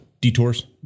detours